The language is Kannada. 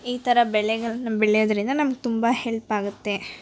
ಈ ಥರ ಬೆಳೆಗಳನ್ನು ಬೆಳೆಯೋದ್ರಿಂದ ನಮ್ಗೆ ತುಂಬ ಹೆಲ್ಪ್ ಆಗುತ್ತೆ